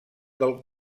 del